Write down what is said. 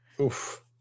oof